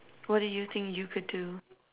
what do you think you could do